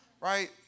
right